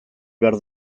behar